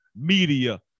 media